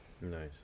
Nice